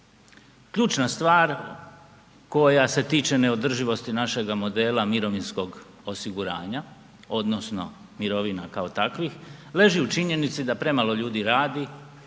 Ključna stvar koja se tiče neodrživosti našega modela mirovinskog osiguranja odnosno mirovina kao takvih, leži u činjenici da premalo ljudi radi